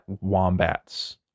Wombats